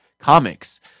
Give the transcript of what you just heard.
comics